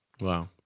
Wow